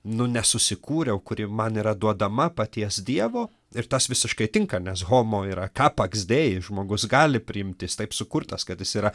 nu nesusikūriau kuri man yra duodama paties dievo ir tas visiškai tinka nes homo yra kapaks dei žmogus gali priimti jis taip sukurtas kad jis yra